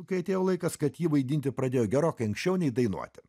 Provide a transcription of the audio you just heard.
kai atėjo laikas kad jį vaidinti pradėjo gerokai anksčiau nei dainuoti